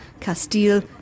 Castile